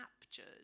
captured